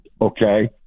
Okay